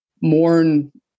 mourn